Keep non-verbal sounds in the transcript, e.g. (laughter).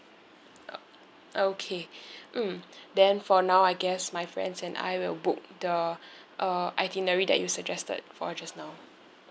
o~ okay (breath) mm then for now I guess my friends and I will book the uh itinerary that you suggested for just now